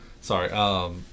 sorry